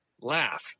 laugh